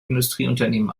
industrieunternehmen